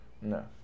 No